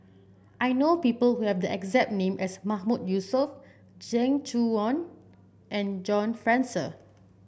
I know people who have the exact name as Mahmood Yusof Zeng Shouyin and John Fraser